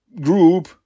group